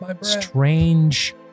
strange